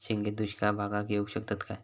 शेंगे दुष्काळ भागाक येऊ शकतत काय?